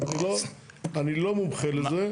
אז אני לא, אני לא מומחה לזה.